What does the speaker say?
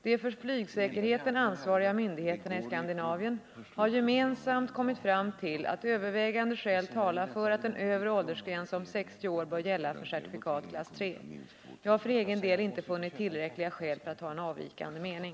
De för flygsäkerheten ansvariga myndigheterna i Skandinavien har gemensamt kommit fram till att övervägande skäl talar för att en övre åldersgräns om 60 år bör gälla för certifikat klass 3. Jag har för egen del inte funnit tillräckliga skäl för att ha en avvikande mening.